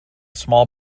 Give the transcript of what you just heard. small